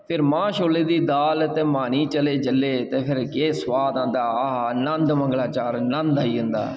ते फिर मां छोलें दी दाल ते माह्नी चलै जेल्लै ते फेर केह् सोआद औंदा आहा नंद मंगला चार नंद आई जंदा ऐ